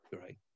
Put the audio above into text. great